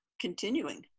continuing